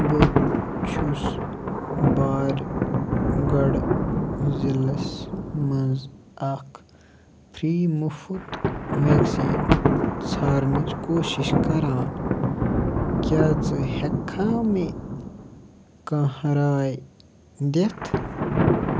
بہٕ چھُس بارگَڑھ ضلعس مَنٛز اکھ فری مُفٕط ویکسیٖن ژھارنٕچ کوٗشِش کران کیاہ ژٕ ہیٚککھا مےٚ کانٛہہ راۓ دِتھ؟